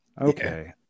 okay